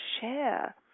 share